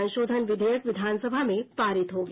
संशोधन विधेयक विधानसभा में पारित हो गया